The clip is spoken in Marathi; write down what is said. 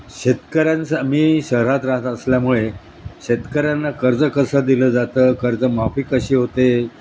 शेतकऱ्यांचं मी शहरात राहत असल्यामुळे शेतकऱ्यांना कर्ज कसं दिलं जातं कर्जमाफी कशी होते